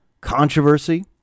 controversy